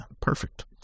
Perfect